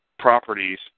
properties